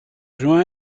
juin